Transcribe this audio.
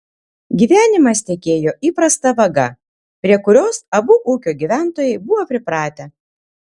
gyvenimas tekėjo įprasta vaga prie kurios abu ūkio gyventojai buvo pripratę